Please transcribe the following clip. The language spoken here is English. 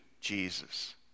Jesus